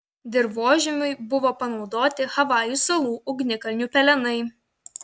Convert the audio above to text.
dirvožemiui buvo panaudoti havajų salų ugnikalnių pelenai